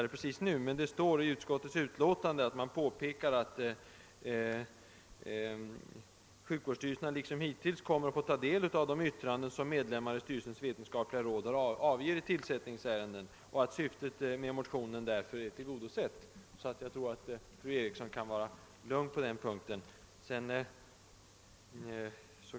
Enligt utskottet framhåller socialstyrelsen att »sjukvårdsstyrelserna liksom = hittills kommer att få ta del av de yttranden som medlemmar i styrelsens vetenskapliga råd avger i tillsättningsärenden». Utskottet tillägger: »Syftet med motionen i förevarande del synes alltså redan vara tillgodosett.» Jag tror alltså att fru Eriksson kan vara lugn på den punkten.